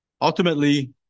Ultimately